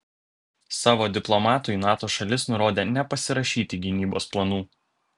savo diplomatui nato šalis nurodė nepasirašyti gynybos planų